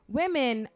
women